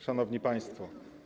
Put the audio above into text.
Szanowni Państwo!